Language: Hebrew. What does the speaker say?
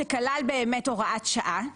שכלל באמת הוראת שעה,